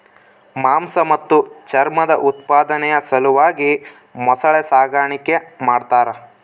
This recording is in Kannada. ಮಾಂಸ ಮತ್ತು ಚರ್ಮದ ಉತ್ಪಾದನೆಯ ಸಲುವಾಗಿ ಮೊಸಳೆ ಸಾಗಾಣಿಕೆ ಮಾಡ್ತಾರ